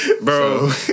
Bro